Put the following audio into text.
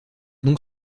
donc